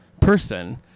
person